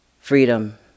freedom